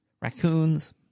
raccoons